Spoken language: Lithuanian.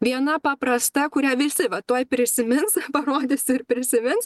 viena paprasta kurią visi va tuoj prisimins parodysiu ir prisimins